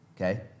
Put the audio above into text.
Okay